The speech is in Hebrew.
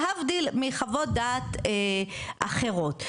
להבדיל מחוות דעת אחרות.